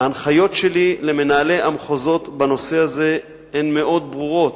ההנחיות שלי למנהלי המחוזות בנושא הזה הן מאוד ברורות: